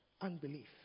Unbelief